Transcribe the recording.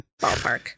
ballpark